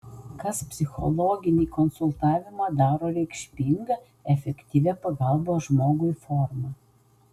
kas psichologinį konsultavimą daro reikšminga efektyvia pagalbos žmogui forma